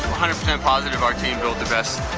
hundred percent positive our team built the best